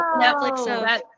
Netflix